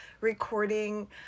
recording